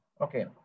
Okay